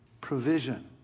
provision